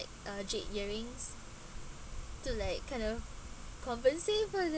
a jade earrings to like kind of compensate for the